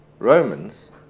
Romans